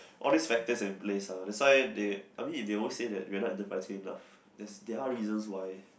all these factors are in place ah that's why they I mean they always say that we are not in the enterprising enough there's there are reasons why